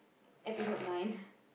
episode nine